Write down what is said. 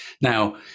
Now